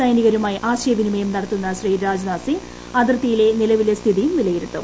സൈനികരുമായി ആശയവിനിമയം നടത്തുന്ന ശ്രീ രാജ്നാഥ്സിങ് അതിർത്തിയിലെ നിലവിലെ സ്ഥിതിയും വിലയിരുത്തും